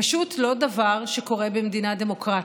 פשוט לא דבר שקורה במדינה דמוקרטית.